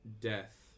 death